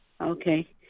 okay